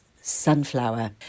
sunflower